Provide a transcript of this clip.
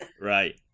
right